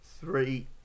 three